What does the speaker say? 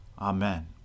Amen